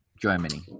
Germany